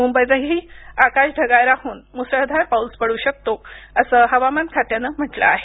मुंबईतही आकाश ढगाळ राहून मुसळधार पाऊस पडू शकतो असं हवामान खात्यानं म्हटलं आहे